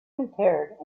interred